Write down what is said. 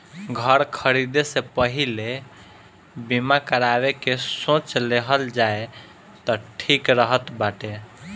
घर खरीदे से पहिले बीमा करावे के सोच लेहल जाए तअ ठीक रहत बाटे